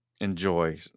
enjoy